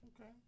Okay